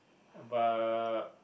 about